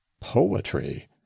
poetry